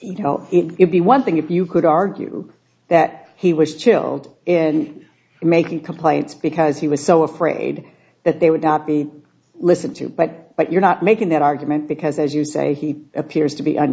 s it be one thing if you could argue that he was chilled and making complaints because he was so afraid that they would not be listened to but but you're not making that argument because as you say he appears to be